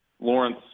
Lawrence